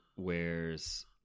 wears